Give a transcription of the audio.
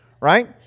right